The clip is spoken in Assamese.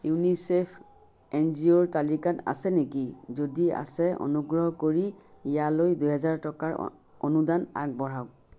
ইউনিচেফ এনজিঅ'ৰ তালিকাত আছে নেকি যদি আছে অনুগ্ৰহ কৰি ইয়ালৈ দুহেজাৰ টকাৰ অ অনুদান আগবঢ়াওক